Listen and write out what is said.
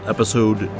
Episode